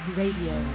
radio